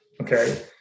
Okay